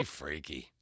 freaky